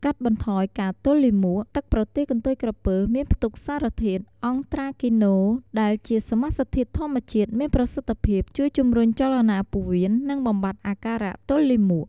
កាត់បន្ថយការទល់លាមក ទឹកប្រទាលកន្ទុយក្រពើមានផ្ទុកសារធាតុ "អង់ត្រាគីណូន" ដែលជាសមាសធាតុធម្មជាតិមានប្រសិទ្ធភាពជួយជំរុញចលនាពោះវៀន និងបំបាត់អាការៈទល់លាមក។